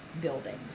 buildings